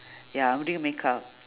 ya I'm doing makeup